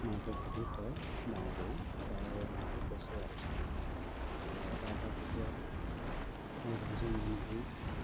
মাকে খুটি খুৱাই ডাঙৰ কৰি প্ৰায়ে ডাঙৰ হৈছেই আৰু আৰু এটা এটা কুকুৰাত এইবাৰ ভাবিছোঁ মই নিজেই